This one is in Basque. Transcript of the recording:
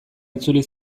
itzuli